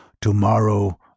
To-morrow